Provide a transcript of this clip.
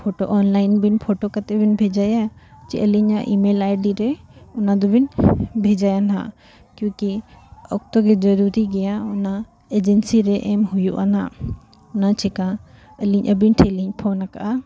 photo online ᱵᱤᱱ photo ᱠᱟᱛᱮᱫ ᱵᱤᱱ ᱵᱷᱮᱡᱟᱭᱟ ᱥᱮ ᱟᱹᱞᱤᱧᱟᱜ ᱤᱢᱮᱞ ᱟᱭᱰᱤ ᱨᱮ ᱚᱱᱟ ᱫᱚᱵᱤᱱ ᱵᱷᱮᱡᱟᱭᱟ ᱱᱟᱜ ᱠᱤᱭᱩᱠᱤ ᱚᱠᱛᱚ ᱜᱮ ᱡᱚᱨᱩᱨᱤ ᱜᱮᱭᱟ ᱚᱱᱟ ᱮᱡᱮᱱᱥᱤ ᱨᱮ ᱮᱢ ᱦᱩᱭᱩᱜᱼᱟ ᱱᱟᱜ ᱚᱱᱟ ᱪᱤᱠᱟᱹ ᱟᱹᱞᱤᱧ ᱟᱵᱤᱱ ᱴᱷᱮᱱ ᱞᱤᱧ ᱯᱷᱳᱱ ᱟᱠᱟᱜᱼᱟ